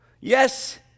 yes